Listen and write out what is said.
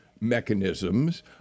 mechanisms